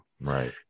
Right